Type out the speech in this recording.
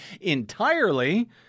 entirely